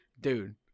Dude